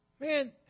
Man